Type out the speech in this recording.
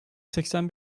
seksen